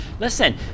listen